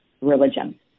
religion